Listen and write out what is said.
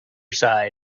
side